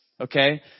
Okay